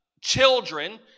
children